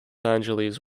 angeles